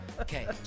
Okay